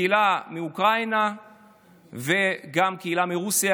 הקהילה מאוקראינה וגם הקהילה מרוסיה.